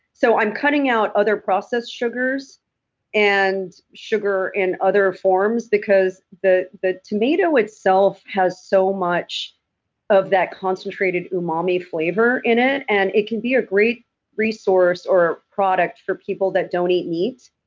so i'm cutting out other processed sugars and sugar in other forms, because the the tomato itself has so much of that concentrated umami flavor in it. and it can be a great resource, or product, for people that don't eat meat.